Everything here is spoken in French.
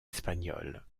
espagnole